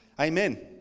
Amen